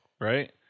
Right